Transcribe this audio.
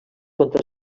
contra